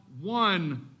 one